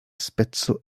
speco